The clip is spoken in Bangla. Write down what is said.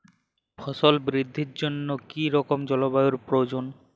ফসল বৃদ্ধির জন্য কী রকম জলবায়ু প্রয়োজন?